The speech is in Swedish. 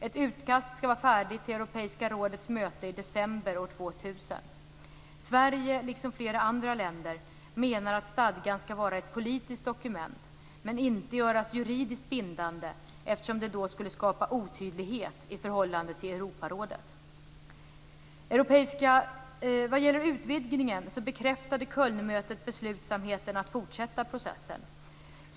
Ett utkast skall vara färdigt till Europeiska rådets möte i december år 2000. Sverige, liksom flera andra länder, menar att stadgan skall vara ett politiskt dokument men inte göras juridiskt bindande, eftersom det skulle skapa otydlighet i förhållande till Europarådet. Vad gäller utvidgningen bekräftade Kölnmötet beslutsamheten att fortsätta processen.